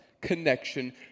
connection